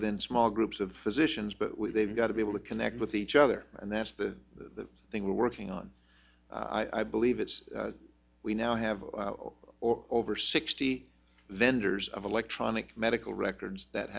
within small groups of physicians but they've got to be able to connect with each other and that's the thing we're working on i believe it is we now have over sixty vendors of electronic medical records that